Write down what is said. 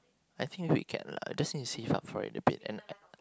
I think recap lah I just want to see how far a little bit lah